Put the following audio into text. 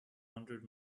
hundred